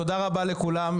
תודה רבה לכולם.